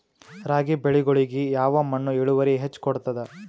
ರಾಗಿ ಬೆಳಿಗೊಳಿಗಿ ಯಾವ ಮಣ್ಣು ಇಳುವರಿ ಹೆಚ್ ಕೊಡ್ತದ?